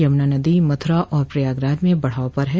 यमुना नदी मथुरा और प्रयागराज में बढ़ाव पर है